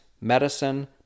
medicine